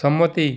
সম্মতি